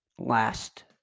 last